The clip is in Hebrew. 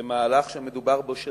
זה מהלך שמדובר בו שנים,